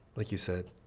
like you said,